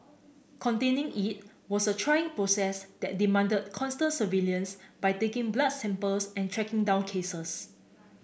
containing it was a trying process that demanded constant surveillance by taking blood samples and tracking down cases